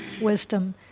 wisdom